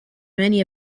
many